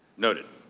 noted.